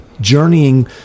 journeying